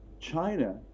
China